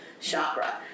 chakra